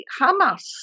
Hamas